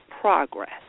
progress